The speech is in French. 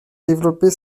développer